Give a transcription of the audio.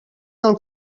del